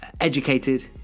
educated